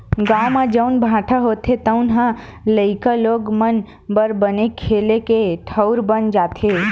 गाँव म जउन भाठा होथे तउन ह लइका लोग मन बर बने खेले के ठउर बन जाथे